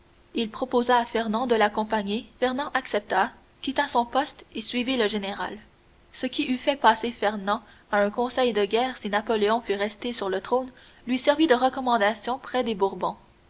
il proposa à fernand de l'accompagner fernand accepta quitta son poste et suivit le général ce qui eût fait passer fernand à un conseil de guerre si napoléon fût resté sur le trône lui servit de recommandation près des bourbons